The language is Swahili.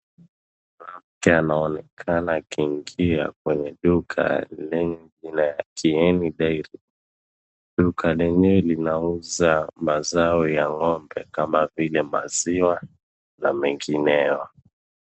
Mwanamke anaonekana akiingia kwenye duka lenye jina Kieni Dairy. Duka lenyewe linauza mazao ya ng'ombe kama vile maziwa na mengineyo.